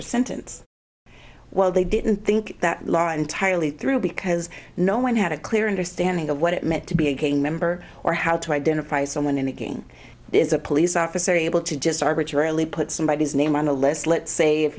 r sentence well they didn't think that law entirely through because no one had a clear understanding of what it meant to be a gang member or how to identify someone in the game is a police officer able to just arbitrarily put somebody is name on the list let's say if